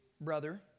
brother